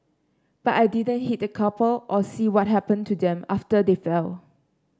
but I didn't hit the couple or see what happened to them after they fell